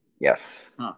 Yes